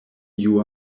you